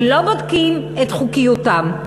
ולא בודקים את חוקיותם.